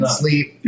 sleep